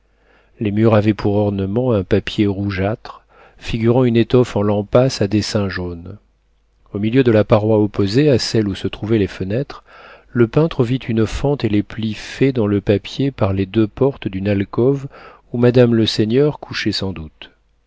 les murs avaient pour ornement un papier rougeâtre figurant une étoffe en lampasse à dessins jaunes au milieu de la paroi opposée à celle où se trouvaient les fenêtres le peintre vit une fente et les plis faits dans le papier par les deux portes d'une alcôve où madame leseigneur couchait sans doute